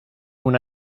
una